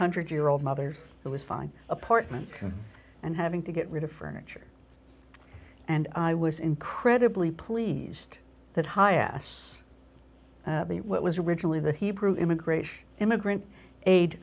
hundred year old mothers it was fine apartment and having to get rid of furniture and i was incredibly pleased that high ass what was originally the hebrew immigration immigrant aid